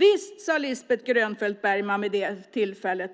Visst, sade Lisbeth Grönfeldt Bergman vid det tillfället: